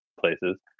places